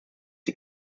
die